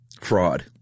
fraud